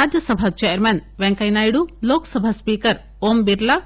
Rajya Sabha chairman Venkaiah Naidu Lok Sabha speaker Om Birla